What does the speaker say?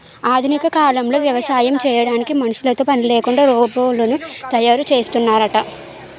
ఆధునిక కాలంలో వ్యవసాయం చేయడానికి మనుషులతో పనిలేకుండా రోబోలను తయారు చేస్తున్నారట